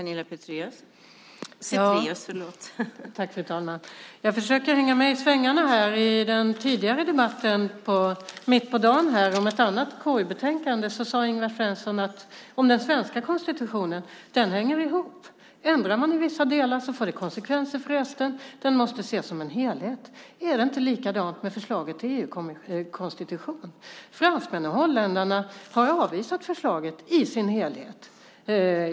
Fru talman! Jag försöker hänga med i svängarna. I en tidigare debatt i dag, om ett annat KU-betänkande, sade Ingvar Svensson att den svenska konstitutionen hänger ihop. Om man ändrar i vissa delar får det konsekvenser för resten. Den måste ses som en helhet. Är det inte likadant med förslaget till EU-konstitution? Fransmännen och holländarna har avvisat förslaget i dess helhet.